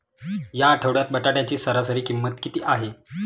या आठवड्यात बटाट्याची सरासरी किंमत किती आहे?